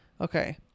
Okay